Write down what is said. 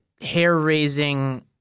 hair-raising